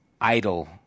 idle